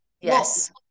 Yes